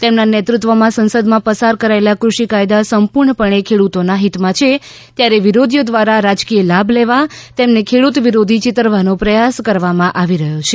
તેમના નેતૃત્વમાં સંસદમાં પસાર કરાયેલા કૃષિ કાયદા સંપૂર્ણપણે ખેડૂતોના હિતમાં છે ત્યારે વિરોધીઓ દ્વારા રાજકીય લાભ લેવા તેમને ખેડૂત વિરોધી ચિતરવાનો પ્રયાસ કરવામાં આવી રહ્યો છે